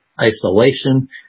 isolation